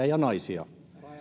ja ja naisia